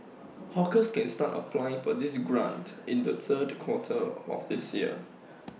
hawkers can start applying for this grant in the third quarter of this year